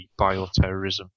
bioterrorism